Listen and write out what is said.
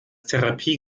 therapie